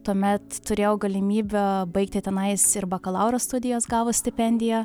tuomet turėjau galimybę baigti tenais ir bakalauro studijas gavus stipendiją